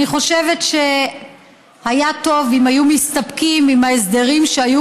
אני חושבת שהיה טוב אם היו מסתפקים בהסדרים שהיו